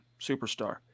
superstar